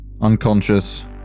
unconscious